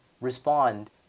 respond